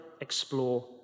explore